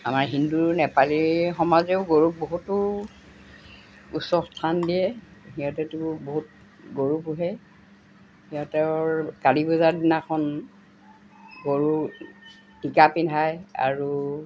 আমাৰ হিন্দুৰ নেপালী সমাজেও গৰুক বহুতো উচ্চ স্থান দিয়ে সিহঁতেতো বহুত গৰু পোহে সিহঁতৰ কালি পূজাৰ দিনাখন গৰু টীকা পিন্ধায় আৰু